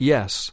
Yes